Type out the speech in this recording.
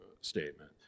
statement